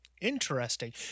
Interesting